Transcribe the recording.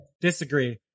Disagree